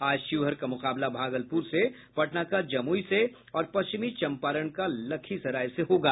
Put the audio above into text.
आज शिवहर का मुकाबला भागलपुर से पटना का जमुई से और पश्चिमी चंपारण का लखीसराय से होगा